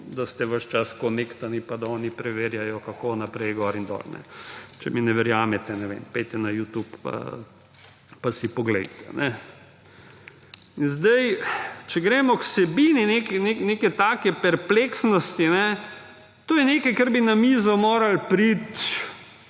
da ste ves čas konektani, pa da oni preverjajo, kako naprej, gor in dol. Če mi ne verjamete, ne vem, pojdite na YouTube, pa si poglejte. Zdaj, če gremo k vsebini neke take perpleksnosti, to je nekaj, kar bi na mizo moralo priti,